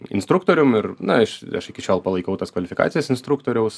instruktorium ir na aš aš iki šiol palaikau tas kvalifikacijas instruktoriaus